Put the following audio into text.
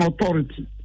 authority